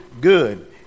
good